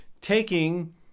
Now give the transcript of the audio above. taking